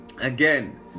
again